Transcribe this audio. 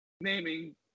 naming